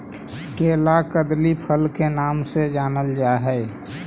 केला कदली फल के नाम से जानल जा हइ